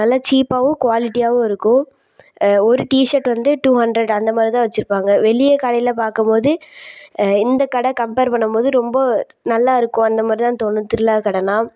நல்ல சீப்பாகவும் க்வாலிட்டியாகவும் இருக்கும் ஒரு டீ ஷர்ட் வந்து டூ ஹண்ட்ரட் அந்த மாதிரி தான் வச்சிருப்பாங்க வெளியே கடையில பார்க்கம்போது இந்த கடை கம்பேர் பண்ணும் போது ரொம்ப நல்லா இருக்கும் அந்த மாதிரிதான் தோணும் திருவிழா கடைன்னா